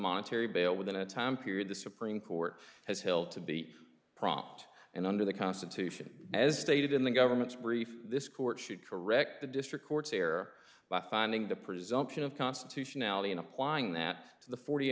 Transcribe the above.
monetary bail within a time period the supreme court has hilt to be prompt and under the constitution as stated in the government's brief this court should correct the district court's error by finding the presumption of constitutionality in applying that to the forty